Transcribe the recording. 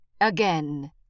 Again